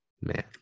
man